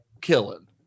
killing